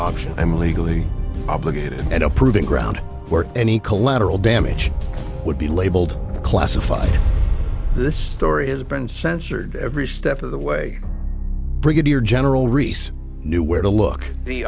option i'm legally obligated in a proving ground where any collateral damage would be labeled classified this story has been censored every step of the way brigadier general reese knew where to look the